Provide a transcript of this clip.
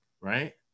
right